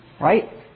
right